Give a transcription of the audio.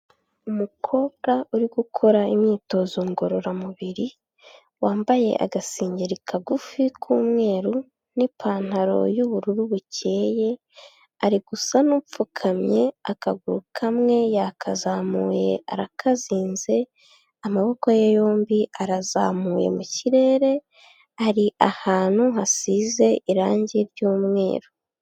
Umukobwa uri gukora imyitozo ngororamubiri, wambaye agasengeri kagufi k'umweru n'ipantaro y'ubururu bukeye, uri gusa n'upfukamye, akaguru kamwe yakazamuye arakazinze, amaboko ye yombi arazamuye mu kirere, hari ahantu hasize irangi ry'umweru.